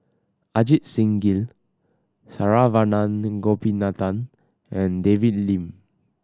Ajit Singh Gill Saravanan Gopinathan and David Lim